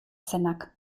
zenak